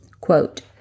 Quote